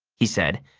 he said.